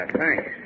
thanks